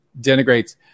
denigrates